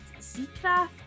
seacraft